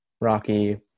Rocky